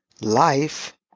life